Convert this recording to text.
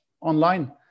online